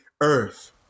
earth